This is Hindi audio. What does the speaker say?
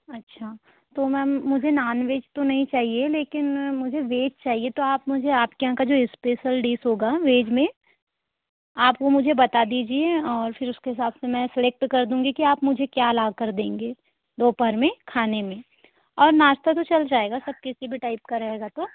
अच्छा तो मेम मुझे नॉनवेज तो नहीं चाहिए लेकिन मुझे वेज चाहिए तो आप मुझे आपके यहाँ का जो स्पेसल डिश होगा वेज में आप वो मुझे बता दीजिये और फिर उसके हिसाब से मैं सेलेक्ट कर दूँगी की आप मुझे क्या लाकर देंगे दोपहर में खाने में और नाश्ता तो चल जायेगा सब किसी भी टाइप का रहेगा तो